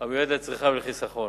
המיועדת לצריכה ולחיסכון.